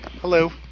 Hello